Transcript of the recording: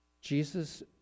Jesus